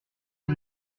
dix